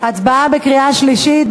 הצבעה בקריאה שלישית.